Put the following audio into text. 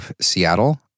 Seattle